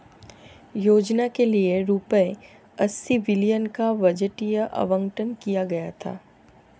योजना के लिए रूपए अस्सी बिलियन का बजटीय आवंटन किया गया था